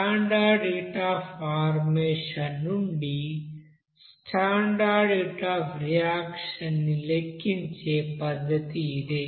standard heat of formation నుండి standard heat of reaction ని లెక్కించే పద్ధతి ఇదే